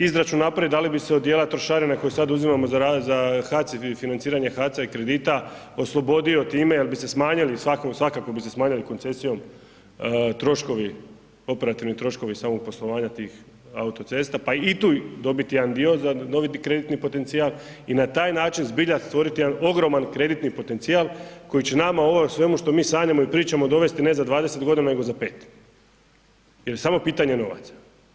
Izračun napravit da li bi se od dijela trošarine koji sad uzimamo za HAC i financiranje HAC-a i kredita oslobodio time jer bi se smanjili, svakako bi se smanjili koncesijom troškovi, operativni troškovi samog poslovanja tih autocesta pa i tu dobit jedan dio za novi krediti potencijal i na taj način zbilja stvoriti jedan ogroman kreditni potencijal koji će nama ovo o svemu što mi sanjamo i pričamo dovesti ne za 20 godina nego za 5, jer je samo pitanje novaca.